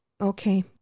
Okay